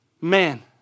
Man